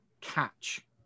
catch